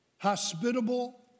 Hospitable